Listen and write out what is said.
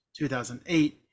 2008